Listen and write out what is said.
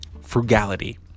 frugality